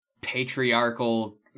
patriarchal